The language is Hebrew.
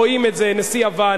רואים את זה: נשיא יוון,